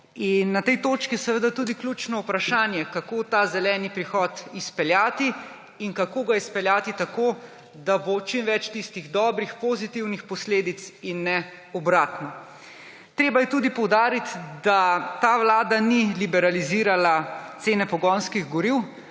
Na tej točki seveda tudi ključno vprašanje, kako ta zeleni prihod izpeljati in kako ga izpeljati tako, da bo čim več tistih dobrih, pozitivnih posledic in ne obratno. Treba je tudi poudariti, da ta vlada ni liberalizira cen pogonskih goriv,